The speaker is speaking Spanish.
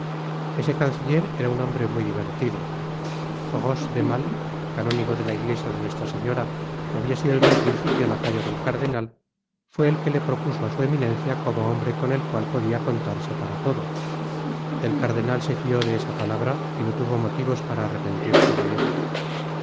ese canciller era un hombre muy divertido roches le male canónigo de la iglesia de nuestra señora que habia sido en un principio lacayo del cardenal fué el que le propuso á su eminencia como hombre con el cual podia contarse para todo el cardenal se fió de esa palabra y no tuvo motivos para arrepentirse de ello